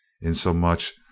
insomuch